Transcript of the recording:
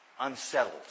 unsettled